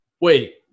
Wait